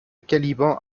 caliban